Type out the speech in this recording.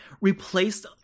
replaced